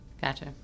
Gotcha